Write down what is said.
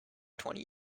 twenty